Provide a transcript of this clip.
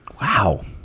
Wow